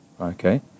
Okay